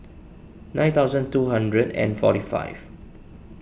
nine thousand two hundred and forty five